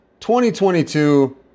2022